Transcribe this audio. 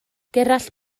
gerallt